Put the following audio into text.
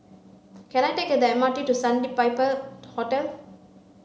can I take the M R T to Sandpiper Hotel